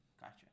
Gotcha